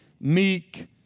meek